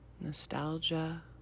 nostalgia